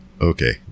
Okay